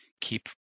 keep